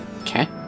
Okay